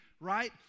right